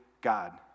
god